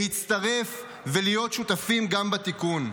להצטרף ולהיות שותפים גם בתיקון.